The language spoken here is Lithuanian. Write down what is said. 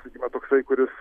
sakykime toksai kuris